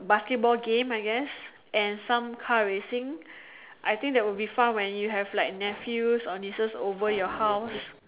basketball game I guess and some kind car racing I think that would be fun when you have like nephew or nieces over your house